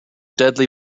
deadly